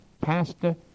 Pastor